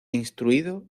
instruido